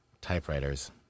typewriters